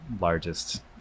largest